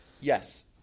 yes